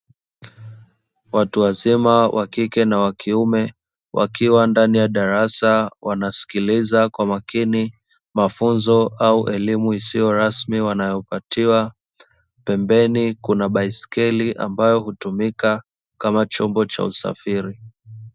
Watu wazima wakike na wakiume wakiwa ndani ya darasa, wanasikiliza kwa makini mafunzo au elimu isiyo rasmi wanayo patiwa, pembeni kuna baiskeli ambayo hutumika kama chombo cha usafiri.